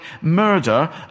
murder